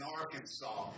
Arkansas